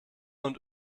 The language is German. und